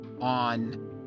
on